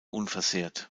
unversehrt